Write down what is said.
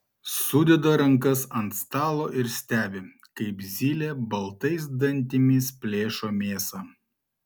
sudeda rankas ant stalo ir stebi kaip zylė baltais dantimis plėšo mėsą